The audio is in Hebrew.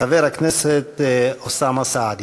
חבר הכנסת אוסאמה סעדי.